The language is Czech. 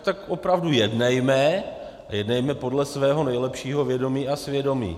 Tak opravdu jednejme, a jednejme podle svého nejlepšího vědomí a svědomí.